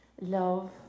love